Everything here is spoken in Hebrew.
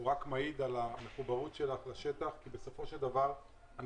הוא רק מעיד על המחוברות שלך לשטח ובסופו של דבר אני